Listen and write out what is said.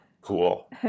cool